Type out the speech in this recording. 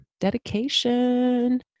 dedication